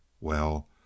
Well